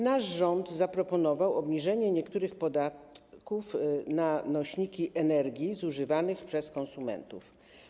Nasz rząd zaproponował obniżenie niektórych podatków od nośników energii zużywanych przez konsumentów.